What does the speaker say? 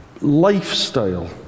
lifestyle